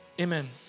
Amen